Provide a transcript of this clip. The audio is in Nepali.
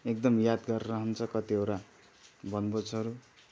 एकदम यादगार रहन्छ कतिवटा बनभोजहरू